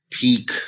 peak